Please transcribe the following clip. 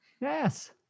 yes